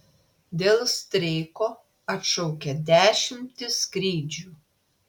dėl streiko atšaukia dešimtis skrydžių